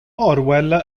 orwell